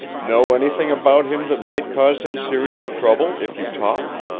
know anything about him that might cause him serious trouble if you talked?